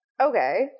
Okay